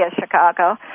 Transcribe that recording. Chicago